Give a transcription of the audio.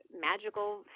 magical